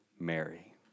Mary